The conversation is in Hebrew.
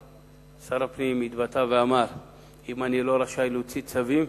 שר הפנים התבטא ואמר לא אחת: אם אני לא רשאי להוציא צווים,